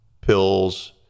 pills